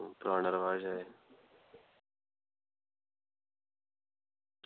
पराना रवाज़ ऐ एह्